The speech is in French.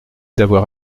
d’avoir